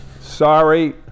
sorry